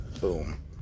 boom